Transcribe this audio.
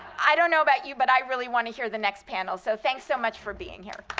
i don't know about you, but i really want to hear the next panel. so thanks so much for being here.